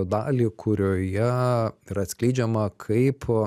dalį kurioje yra atskleidžiama kaip